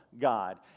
God